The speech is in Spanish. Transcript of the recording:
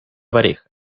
pareja